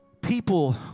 People